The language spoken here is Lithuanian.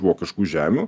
vokiškų žemių